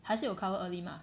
还是有 cover early mah